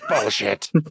bullshit